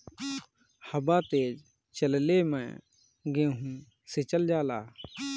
हवा तेज चलले मै गेहू सिचल जाला?